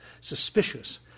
suspicious